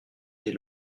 des